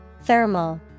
Thermal